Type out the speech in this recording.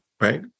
right